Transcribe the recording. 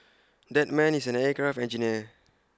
that man is an aircraft engineer